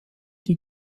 die